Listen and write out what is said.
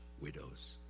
widows